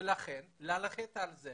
ולכן צריך ללכת על זה